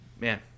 man